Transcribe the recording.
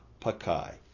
pakai